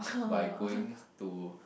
by going to